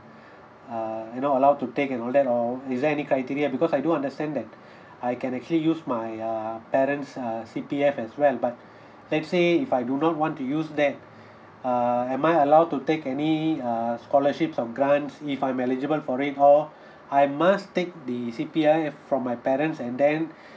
uh you know allowed to take and all that or is there any criteria because I do understand that I can actually use my uh parents err C_P_F as well but let's say if I do not want to use that uh am I allowed to take any uh scholarships or grants if I'm eligible for it or I must take the C_P_F from my parents and then